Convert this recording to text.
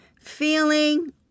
feeling